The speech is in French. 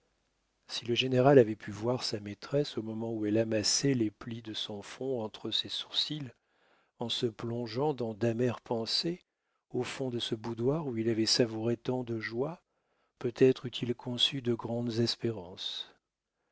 si le général avait pu voir sa maîtresse au moment où elle amassait les plis de son front entre ses sourcils en se plongeant dans d'amères pensées au fond de ce boudoir où il avait savouré tant de joies peut-être eût-il conçu de grandes espérances